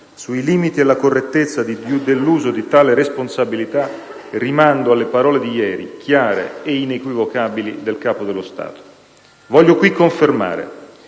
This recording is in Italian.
sui limiti e la correttezza dell'uso di tale responsabilità rimando alle parole di ieri, chiare ed inequivocabili, del Capo dello Stato. Voglio qui confermare